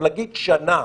להגיד שנה,